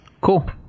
Cool